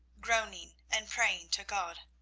groaning and praying to god.